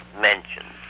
mentioned